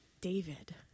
david